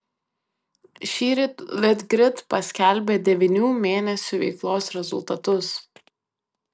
šįryt litgrid paskelbė devynių mėnesių veiklos rezultatus